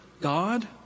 God